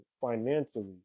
financially